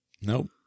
Nope